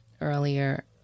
earlier